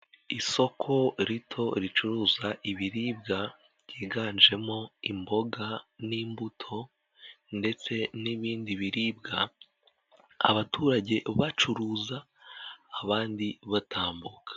Isoko rito ricuruza ibiribwa byiganjemo imboga n'imbuto ndetse n'ibindi biribwa, abaturage bacuruza abandi batambuka.